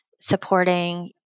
supporting